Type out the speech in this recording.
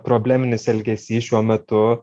probleminis elgesys šiuo metu